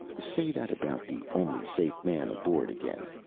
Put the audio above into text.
say that about the only safe man aboard again,